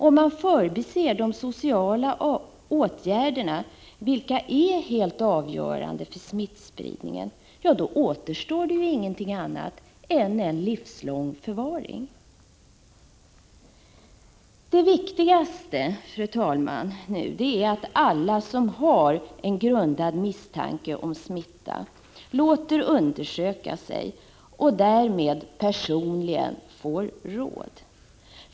Om man förbiser de sociala åtgärderna, vilka är helt avgörande för smittspridningen, återstår inget annat än en livslång förvaring. Det viktigaste nu, fru talman, är att alla som har god grund för sin misstanke att de är smittade låter undersöka sig och därmed personligen får råd.